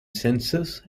census